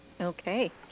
Okay